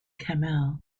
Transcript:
cammell